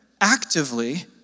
actively